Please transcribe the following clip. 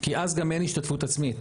כי אז גם אין השתתפות עצמית.